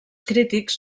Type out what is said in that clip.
crítics